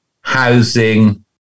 housing